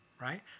right